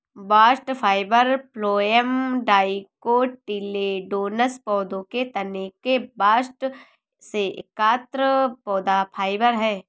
bast fibre phloem dicotyledonous पौधों के तने के बास्ट से एकत्र पौधा फाइबर है